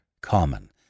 common